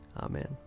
Amen